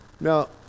Now